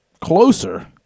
closer